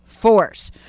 Force